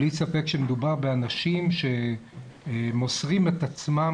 בלא ספק מדובר באנשים שמוסרים את עצמם